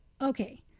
okay